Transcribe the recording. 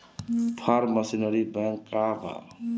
Form machinery bank का बा?